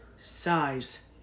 size